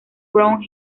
brown